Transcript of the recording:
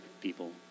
people